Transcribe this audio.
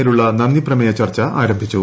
മേലുള്ള നന്ദിപ്രമേയ ചർച്ച ആരംഭിച്ചു